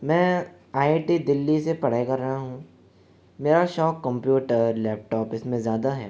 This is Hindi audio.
मैं आई आई टी दिल्ली से पढ़ाई कर रहा हूँ मेरा शौक कंप्यूटर लैपटॉप इसमें ज़्यादा है